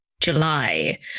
July